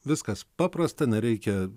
viskas paprasta nereikia